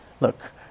look